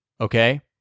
Okay